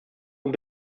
und